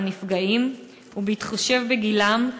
בהתחשב בגילם,